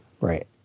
right